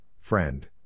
friend